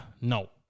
No